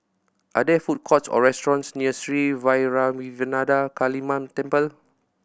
are there food courts or restaurants near Sri Vairavimada Kaliamman Temple